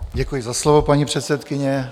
Děkuji za slovo, paní předsedkyně.